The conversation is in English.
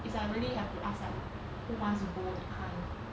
it's I really have to ask them who wants to go that kind